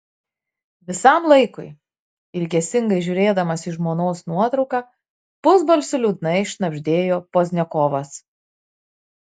visam laikui ilgesingai žiūrėdamas į žmonos nuotrauką pusbalsiu liūdnai šnabždėjo pozdniakovas